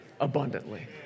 abundantly